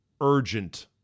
urgent